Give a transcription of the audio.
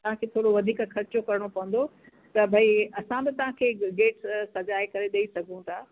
तव्हांखे थोरो वधीक ख़र्चो करिणो पवंदो त भई असां बि तव्हांखे गेट सजाए करे ॾेई सघूं था